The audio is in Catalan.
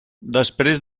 després